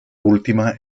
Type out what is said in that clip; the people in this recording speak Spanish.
última